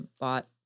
bought